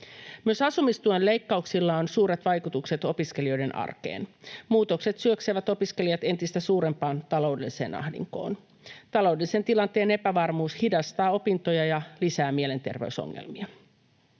Myös asumistuen leikkauksilla on suuret vaikutukset opiskelijoiden arkeen. Muutokset syöksevät opiskelijat entistä suurempaan taloudelliseen ahdinkoon. Taloudellisen tilanteen epävarmuus hidastaa opintoja ja lisää mielenterveysongelmia.